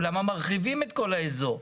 למה מרחיבים את כל האיזור.